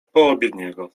poobiedniego